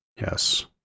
Yes